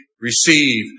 receive